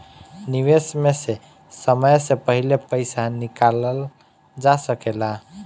निवेश में से समय से पहले पईसा निकालल जा सेकला?